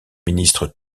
ministre